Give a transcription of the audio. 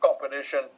competition